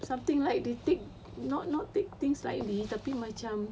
something like they not not take things lightly tapi macam